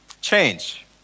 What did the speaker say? Change